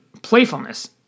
Playfulness